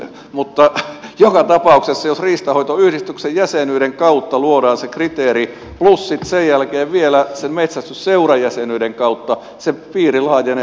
mutta joka tapauksessa jos riistanhoitoyhdistyksen jäsenyyden kautta luodaan se kriteeri plus sitten sen jälkeen vielä sen metsästysseuran jäsenyyden kautta se piiri laajenee huomattavasti